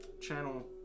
channel